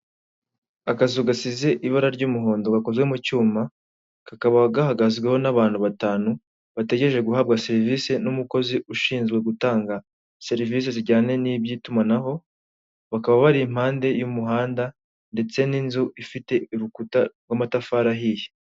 Akazu gasize ibara ry'umuhondo gakozwe mu cyuma, kakaba gahagazweho n'abantu batanu bategereje guhabwa serivisi n'umukozi ushinzwe gutanga serivisi zijyanye n'iby'itumanaho, bakaba bari impande y'umuhanda ndetse n'inzu ifite urukuta rw'amatafari ahiye.